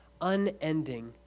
unending